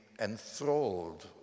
enthralled